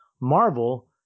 Marvel